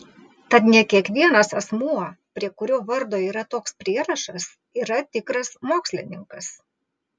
tad ne kiekvienas asmuo prie kurio vardo yra toks prierašas yra tikras mokslininkas